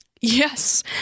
Yes